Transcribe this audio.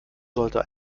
sollte